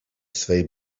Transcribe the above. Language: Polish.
swej